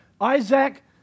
Isaac